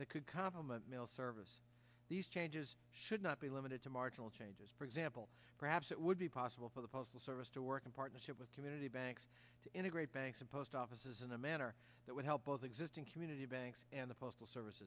that could complement mail service these changes should not be limited to marginal changes for example perhaps it would be possible for the postal service to work in partnership with community banks to integrate banks and post offices in a manner that would help both existing community banks and the postal service